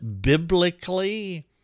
biblically